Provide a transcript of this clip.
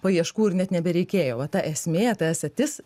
paieškų ir net nebereikėjo va ta esmė ta esatis